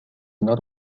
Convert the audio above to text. not